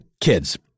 kids